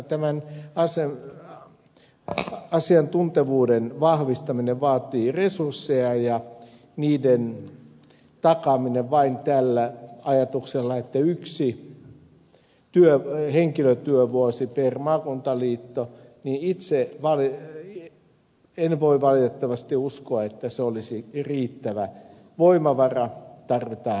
tämän asiantuntevuuden vahvistaminen vaatii resursseja ja niiden takaamiseen vain tällä ajatuksella että on yksi henkilötyövuosi per maakuntaliitto en itse voi valitettavasti uskoa siihen että se olisi riittävä voimavara tarvitaan enemmän